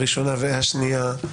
הראשונה והשנייה.